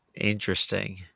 Interesting